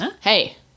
Hey